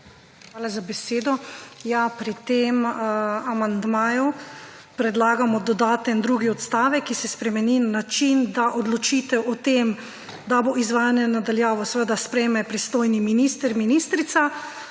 Hvala za besedo. Ja, pri tem amandmaju predlagamo dodaten drugi odstavek, ki se spremeni na način, da odločitev o tem, da bo izvajanje na daljavo, seveda sprejme pristojni minister/ministrica,